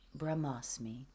brahmasmi